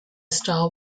star